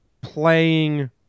playing